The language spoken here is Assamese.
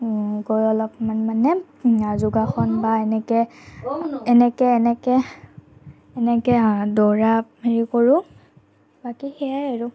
গৈ অলপমান মানে যোগাসন বা এনেকে এনেকে এনেকে এনেকে দৌৰা হেৰি কৰোঁ বাকী সেয়াই আৰু